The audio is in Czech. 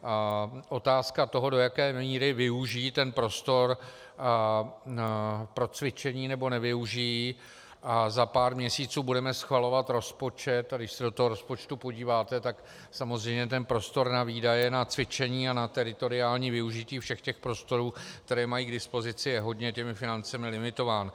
A otázka toho, do jaké míry využijí prostor pro cvičení, nebo nevyužijí, za pár měsíců budeme schvalovat rozpočet, a když se do rozpočtu podíváte, samozřejmě ten prostor na výdaje, na cvičení a na teritoriální využití všech prostorů, které mají k dispozici, je hodně financemi limitován.